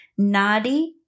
Nadi